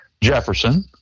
Jefferson